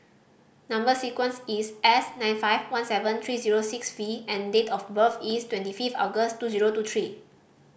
number sequence is S nine five one seven three zero six V and date of birth is twenty fifth August two zero two three